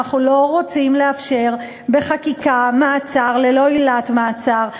אבל אנחנו לא רוצים לאפשר בחקיקה מעצר ללא עילת מעצר.